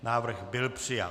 Návrh byl přijat.